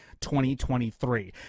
2023